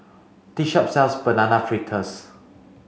this shop sells banana fritters